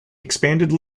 expanded